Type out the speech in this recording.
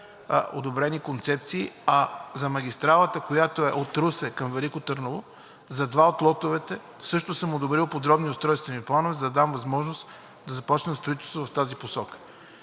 одобрени концепции. А за магистралата, която е от Русе към Велико Търново, за два от лотовете, също съм одобрил подробни устройствени планове, за да дам възможност да започне строителство в тази посока.